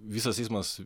visas eismas